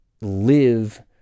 live